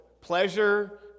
pleasure